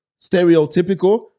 stereotypical